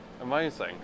amazing